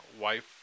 wife